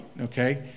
Okay